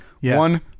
One